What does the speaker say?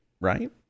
right